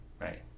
Right